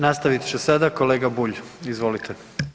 Nastavit će sada kolega Bulj, izvolite.